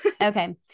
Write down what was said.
Okay